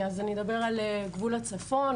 אני אדבר על גבול הצפון,